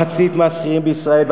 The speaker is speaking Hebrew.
מחצית מהשכירים בישראל,